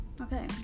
Okay